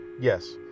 Yes